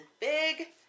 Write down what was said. big